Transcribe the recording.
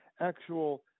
actual